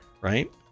right